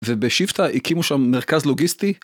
ובשבטה הקימו שם מרכז לוגיסטי.